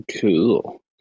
Cool